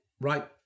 right